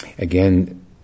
Again